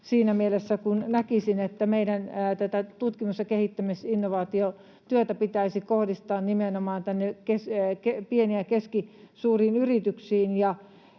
siinä mielessä, kun näkisin, että tätä meidän tutkimus- ja kehittämis- ja innovaatiotyötä pitäisi kohdistaa nimenomaan pieniin ja keskisuuriin yrityksiin,